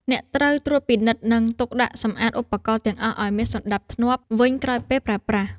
អ្នកត្រូវត្រួតពិនិត្យ និងទុកដាក់សម្អាតឧបករណ៍ទាំងអស់ឱ្យមានសណ្ដាប់ធ្នាប់វិញក្រោយពេលប្រើប្រាស់។